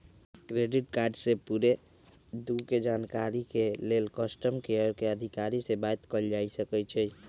credit card के पूरे दू के जानकारी के लेल कस्टमर केयर अधिकारी से बात कयल जा सकइ छइ